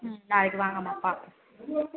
ம் நாளைக்கு வாங்கமா பார்க்கலாம்